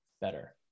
better